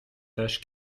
tâche